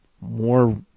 more